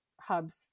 hubs